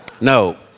No